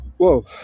Whoa